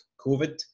COVID